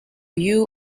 you